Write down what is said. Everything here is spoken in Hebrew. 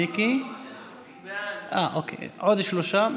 מיקי, עוד שלושה.